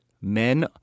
Men